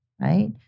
right